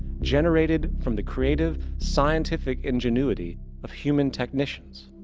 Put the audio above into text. generated from the creative scientific ingenuity of human technicians.